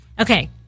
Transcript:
Okay